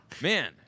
Man